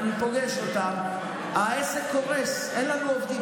אני פוגש אותם: העסק קורס, אין לנו עובדים.